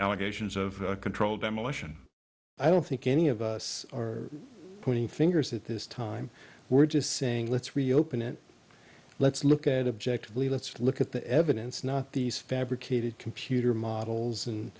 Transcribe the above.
allegations of controlled demolition i don't think any of us are pointing fingers at this time we're just saying let's reopen it let's look at objective let's look at the evidence not these fabricated computer models and